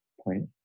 point